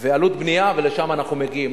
ועלות בנייה, ולשם אנחנו מגיעים.